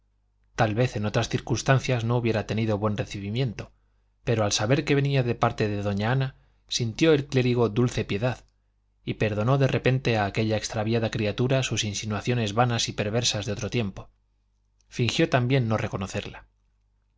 tal vez en otras circunstancias no hubiera tenido buen recibimiento pero al saber que venía de parte de doña ana sintió el clérigo dulce piedad y perdonó de repente a aquella extraviada criatura sus insinuaciones vanas y perversas de otro tiempo fingió también no reconocerla